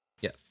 Yes